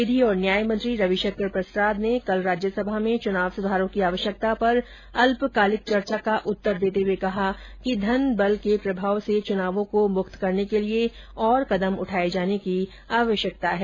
विधि और न्यायमंत्री रविशंकर प्रसाद ने कल राज्यसभा में चुनाव सुधारों की आवश्यकता पर अल्पकालिक चर्चा का उत्तर देते हुए कहा कि धन बल के प्रभाव से चुनावों को मुक्त करने के लिए और कदम उठाए जाने की आवश्यकता है